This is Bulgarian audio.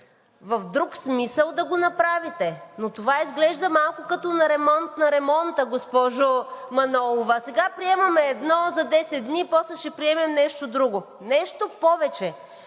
в друг смисъл – да го направите, но това изглежда малко като ремонт на ремонта, госпожо Манолова. Сега приемаме едно за десет дни, после ще приемем нещо друго. Нещо повече,